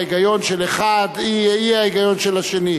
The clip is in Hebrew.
ההיגיון של אחד יהיה האי-היגיון של השני.